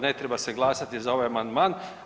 Ne treba se glasati za ovaj amandman.